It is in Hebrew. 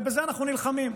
ובזה אנחנו נלחמים.